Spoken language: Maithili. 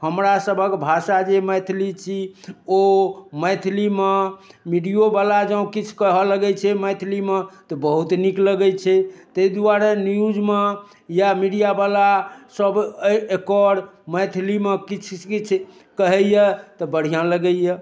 हमरा सभक भाषा जे मैथिली छी ओ मैथिलीमे मीडियोवला जँ किछु कहऽ लगै छै मैथिलीमे तऽ बहुत नीक लगै छै तै दुआरे न्यूजमे या मीडियावला सब एकर मैथिलीमे किछु किछु कहैया तऽ बढ़िआँ लगैया